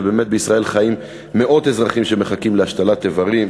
ובאמת בישראל חיים מאות אזרחים שמחכים להשתלת איברים,